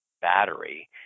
battery